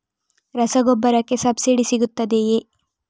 ರಸಗೊಬ್ಬರಕ್ಕೆ ಸಬ್ಸಿಡಿ ಸಿಗುತ್ತದೆಯೇ?